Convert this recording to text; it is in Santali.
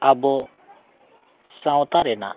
ᱟᱵᱚ ᱥᱟᱶᱛᱟ ᱨᱮᱱᱟᱜ